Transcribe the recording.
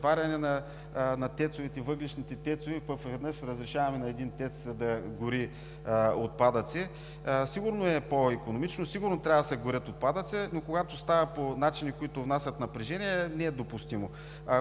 на въглищните ТЕЦ-ове, пък изведнъж разрешаваме на един ТЕЦ да гори отпадъци. Сигурно е по-икономично, сигурно трябва да се горят отпадъци, но когато става по начини, които внасят напрежение, не е допустимо.